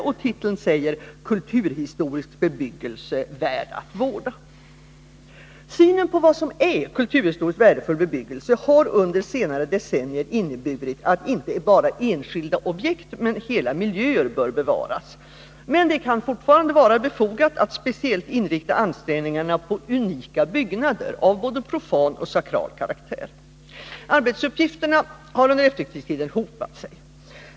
Dess titel är Kulturhistorisk bebyggelse — värd att vårda. Synen på vad som är kulturhistoriskt värdefull bebyggelse har under senare decennier inneburit att inte bara enskilda objekt utan hela miljöer bör bevaras. Men det kan fortfarande vara befogat att speciellt inrikta ansträngningarna på unika byggnader, såväl av profan som av sakral karaktär. Arbetsuppgifterna har under efterkrigstiden hopat sig.